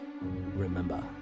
Remember